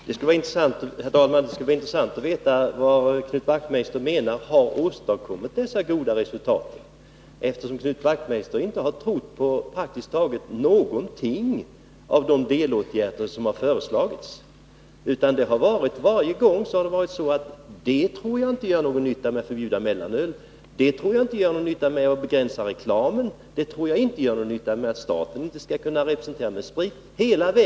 Herr talman! Det skulle vara intressant att höra vad som enligt Knut Wachtmeisters mening har åstadkommit dessa goda resultat, eftersom Knut Wachtmeister inte har trott på någonting, praktiskt taget, i fråga om de delåtgärder som har föreslagits. Varje gång har han gjort invändningar: Att förbjuda mellanöl tror jag inte gör någon nytta, att begränsa reklamen tror jag inte gör någon nytta, att staten inte skall representera med sprit tror jag inte gör någon nytta.